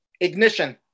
Ignition